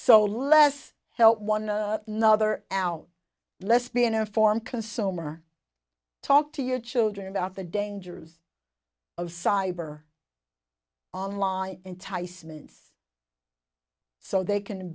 so less help one another now less be an informed consumer talk to your children about the dangers of cyber online enticements so they can